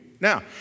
Now